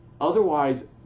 otherwise